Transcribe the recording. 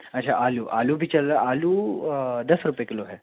अच्छा आलू आलू भी चल रहा है आलू दस रुपये किलो है